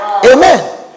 Amen